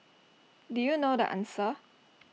do you know the answer